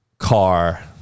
car